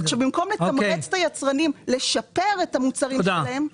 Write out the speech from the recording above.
במקום לתמרץ את היצרנים לשפר את המוצרים שלהם --- תודה.